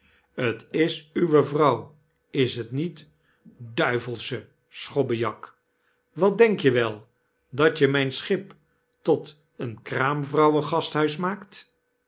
duwde tis uwe vrouw is tniet duivelsche schobbejakl wat denk je wel datjemyn schip tot een kraamvrouwen-gasthuis maakt